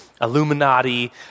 Illuminati